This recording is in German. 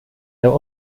der